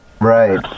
right